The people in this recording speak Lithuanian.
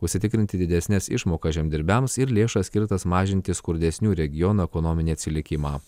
užsitikrinti didesnes išmokas žemdirbiams ir lėšas skirtas mažinti skurdesnių regionų ekonominį atsilikimą